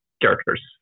characters